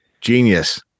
Genius